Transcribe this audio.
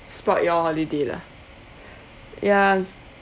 spoilt your holiday lah ya I'm